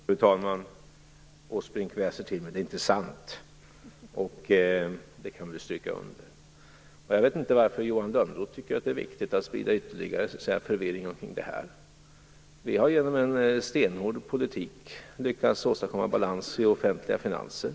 Fru talman! Åsbrink väser till mig att det inte är sant. Det kan vi väl stryka under. Jag vet inte varför Johan Lönnroth tycker att det är viktigt att sprida ytterligare förvirring omkring detta. Vi har genom en stenhård politik lyckats åstadkomma balans i offentliga finanser.